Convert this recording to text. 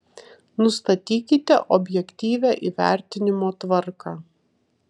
nustatykite objektyvią įvertinimo tvarką